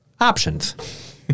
options